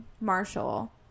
Marshall